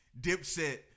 Dipset